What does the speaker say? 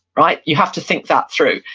right, you have to think that through.